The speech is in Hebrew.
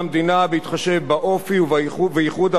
ובייחוד של המגזרים השונים בישראל,